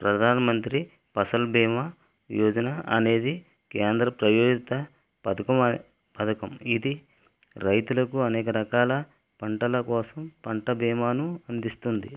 ప్రధానమంత్రి ఫసల్ బీమా యోజన అనేది కేంద్ర ప్రాయోజిత పథకం అనేది పథకం ఇది రైతులకు అనేక రకాల పంటలకోసం పంట బీమాను అందిస్తుంది